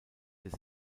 des